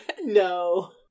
no